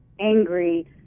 angry